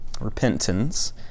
repentance